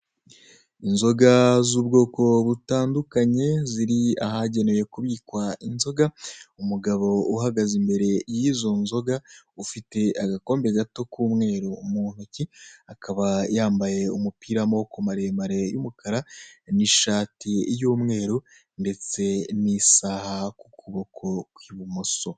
Inzoga z'ubwoko butandukanye ziri ahagenewe kubikwa inzoga, umugabo uhagaze imbere y'izo nzoga ufite agakombe gato k'umweru mu ntoki akaba yambaye umupira w'amaboko maremare y'umukara n'ishati y'umweru ndetse n'isaha ku kuboko kw'ibumoso.